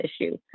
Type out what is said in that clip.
issue